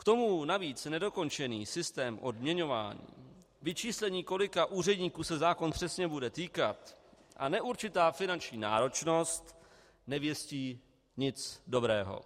K tomu navíc nedokončený systém odměňování, vyčíslení, kolika úředníků se zákon přesně bude týkat, a neurčitá finanční náročnost nevěstí nic dobrého.